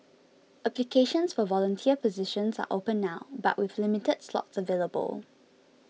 applications for volunteer positions are open now but with limited slots available